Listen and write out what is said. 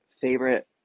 favorite